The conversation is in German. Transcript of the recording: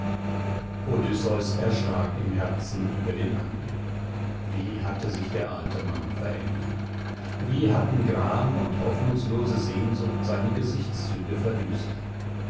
odysseus erschrak im herzen über den anblick wie hatte sich der alte mann verändert wie hatten gram und hoffnungslose sehnsucht seine gesichtszüge verdüstert